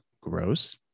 Gross